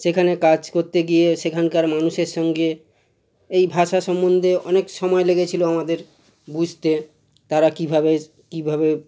সেখানে কাজ করতে গিয়ে সেখানকার মানুষের সঙ্গে এই ভাষা সম্বন্ধে অনেক সময় লেগেছিল আমাদের বুঝতে তারা কীভাবে কীভাবে